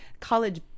college